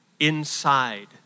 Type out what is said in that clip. inside